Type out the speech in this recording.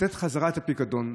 לתת חזרה את הפיקדון,